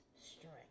Strength